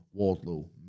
Wardlow